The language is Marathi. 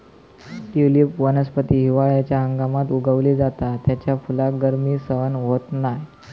ट्युलिप वनस्पती हिवाळ्याच्या हंगामात उगवली जाता त्याच्या फुलाक गर्मी सहन होत नाय